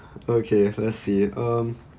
okay let's see it um